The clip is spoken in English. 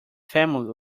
family